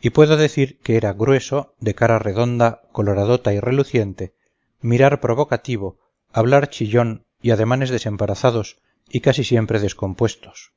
y puedo decir que era grueso de cara redonda coloradota y reluciente mirar provocativo hablar chillón y ademanes desembarazados y casi siempre descompuestos